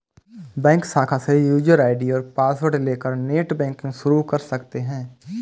bank शाखा से user ID और पॉसवर्ड लेकर नेटबैंकिंग शुरू कर सकते है